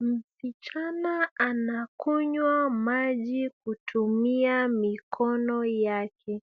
Msichana anakunywa maji kutumia mikono yake.